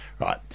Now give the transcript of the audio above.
Right